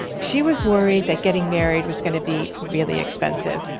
she was worried that getting married was going to be really expensive.